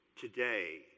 today